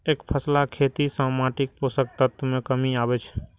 एकफसला खेती सं माटिक पोषक तत्व मे कमी आबै छै